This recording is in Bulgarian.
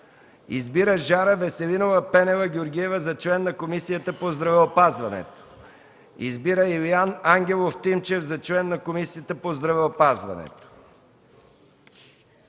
на: Жара Веселинова Пенева-Георгиева за член на Комисията по здравеопазването, Илиян Ангелов Тимчев за член на Комисията по здравеопазването,